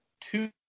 two